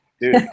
Dude